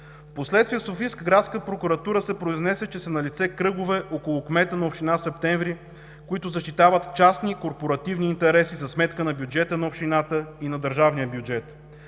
Впоследствие Софийска градска прокуратура се произнесе, че са налице кръгове около кмета на община Септември, които защитават частни и корпоративни интереси за сметка на бюджета на общината и на държавния бюджет.